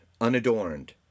unadorned